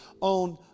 on